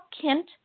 Kent